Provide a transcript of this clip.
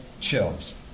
chills